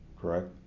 correct